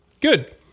good